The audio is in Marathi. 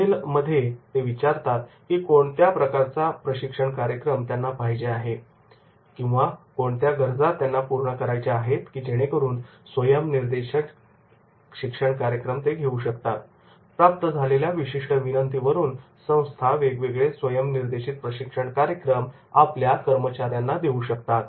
भेल मध्ये ते विचारतात की कोणत्या प्रकारचा प्रशिक्षण कार्यक्रम त्यांना पाहिजे आहे किंवा कोणत्या गरजा त्यांना पूर्ण करायचे आहेत की जेणेकरून स्वयम् निर्देशीत शिक्षण कार्यक्रम ते घेऊ शकतात आणि प्राप्त झालेल्या विशिष्ट विनंतीवरून संस्था वेगवेगळे स्वयं निर्देशित प्रशिक्षण कार्यक्रम देऊ शकतात